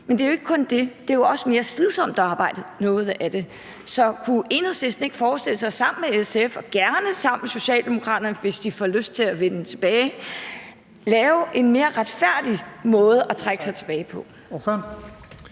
Men det er jo ikke kun det, for noget af arbejdet er jo også mere slidsomt. Så kunne Enhedslisten ikke forestille sig, at man sammen med SF og også gerne sammen med Socialdemokraterne, hvis de får lyst til at vende tilbage, laver en mere retfærdig måde at trække sig tilbage på?